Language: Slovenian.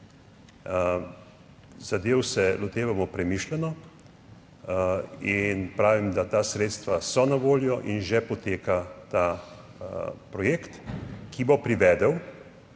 Zadev se lotevamo premišljeno. In pravim, da ta sredstva so na voljo in že poteka ta projekt, ki bo privedel,